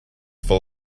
full